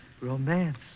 romance